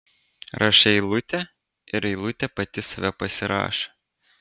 rašai eilutę ir eilutė pati save pasirašo